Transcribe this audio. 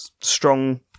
strong